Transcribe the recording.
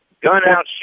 gun-out